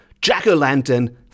jack-o'-lantern